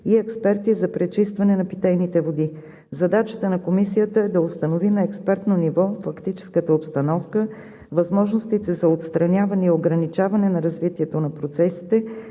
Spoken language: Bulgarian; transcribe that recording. и експерти за пречистване на питейните води. Задачата на комисията е да установи на експертно ниво фактическата обстановка, възможностите за отстраняване и ограничаване на развитието на процесите,